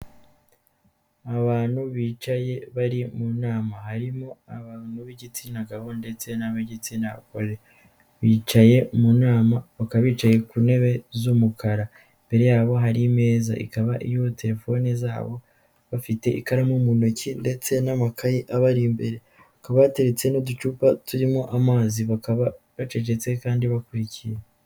Abantu bicaye bari mu nama harimo abantu b'igitsina gabo ndetse nab'igitsina gore, bicaye mu nama bakaba bicaye ku ntebe z'umukara imbere yabo hari imeza ikaba iriho terefone zabo bafite ikaramu mu ntoki ndetse n'amakaye abari imbere. Hakaba hateretse n'uducupa turimo amazi bakaba bacecetse kandi bakurikiye.